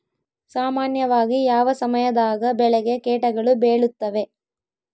ಸಾಮಾನ್ಯವಾಗಿ ಯಾವ ಸಮಯದಾಗ ಬೆಳೆಗೆ ಕೇಟಗಳು ಬೇಳುತ್ತವೆ?